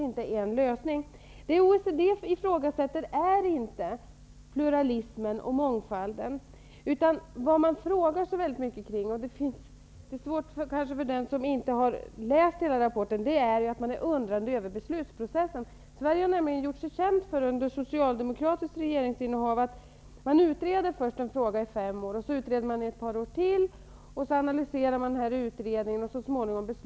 OECD ifrågasätter inte pluralismen och mångfalden, utan OECD frågar mycket om beslutsprocessen. Det kan vara svårt för den som inte har läst hela rapporten att förstå det. Sverige har nämligen gjort sig känt, under socialdemokratiskt regeringsinnehav, för att man först utreder en fråga i fem år och sedan i ett par år till, varefter man analyserar utredningen och beslutar så småningom.